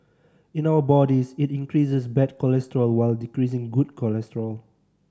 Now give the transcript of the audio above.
in our bodies it increases bad cholesterol while decreasing good cholesterol